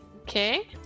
okay